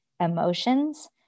emotions